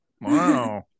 Wow